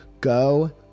go